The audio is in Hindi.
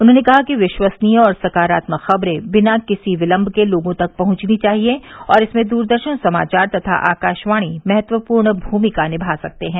उन्होंने कहा कि विश्वसनीय और सकारात्मक खबरे बिना किसी विलंब के लोगों तक पहुंचनी चाहिए और इसमें दूरदर्शन समाचार तथा आकाशवाणी महत्वपूर्ण भूमिका निभा सकते हैं